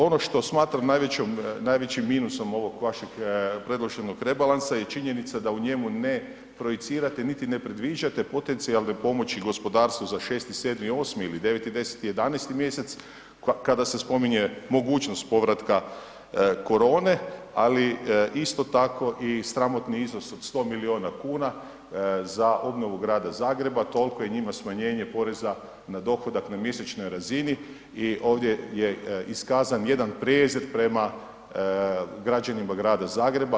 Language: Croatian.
Ono što smatram najvećim minusom ovog vašeg predloženog rebalansa je činjenica da u njemu ne projicirate, niti ne predviđate potencijalne pomoći gospodarstvu za 6., 7., 8. ili 9., 10., 11. mjesec kada se spominje mogućnost povratka korone, ali isto tako i sramotni iznos od 100 miliona kuna za obnovu Grada Zagreba, toliko je njima smanjenje poreza na dohodak na mjesečnoj razini i ovdje je iskazan jedan prijezir prema građanima Grada Zagreba.